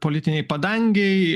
politinėj padangėj